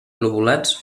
lobulats